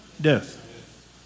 Death